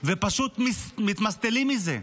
ופשוט מתמסטלים מזה.